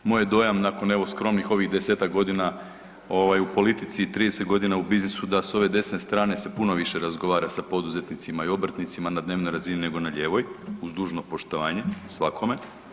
Moj je dojam nakon evo skromnih ovih desetak godina u politici, 30 godina u biznisu da s ove desne strane se puno više razgovara sa poduzetnicima i obrtnicima na dnevnoj razini nego na lijevoj uz dužno poštovanje svakome.